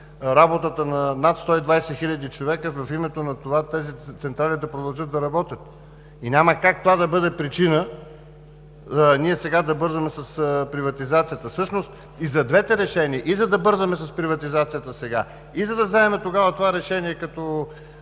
работата на над 120 хиляди човека, в името на това тези централи да продължат да работят. И няма как това да бъде причина ние сега да бързаме с приватизацията. Всъщност и за двете решения – и за да бързаме с приватизацията сега, и за да вземем тогава това решение като